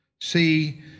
see